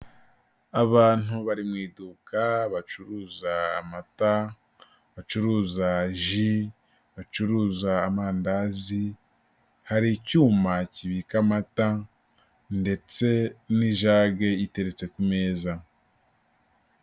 Abantu bari mu iduka, bacuruza amata, bacuruza ji, bacuruza amandazi, hari icyuma kibika amata ndetse n'ijage iteretse ku meza.